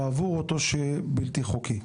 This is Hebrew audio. בעבור אותו שוהה בלתי חוקי.